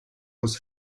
was